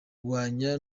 kurwanya